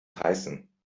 heißen